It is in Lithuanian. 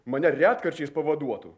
mane retkarčiais pavaduotų